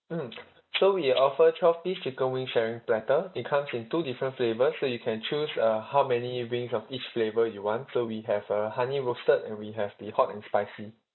mm so we offer twelve piece chicken wing sharing platter it comes in two different flavours so you can choose uh how many wings of each flavour you want so we have uh honey roasted and we have the hot and spicy